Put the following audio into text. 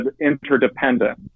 interdependent